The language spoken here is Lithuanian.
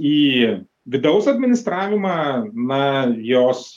į vidaus administravimą na jos